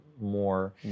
more